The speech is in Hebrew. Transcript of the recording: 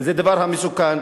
זה דבר המסוכן.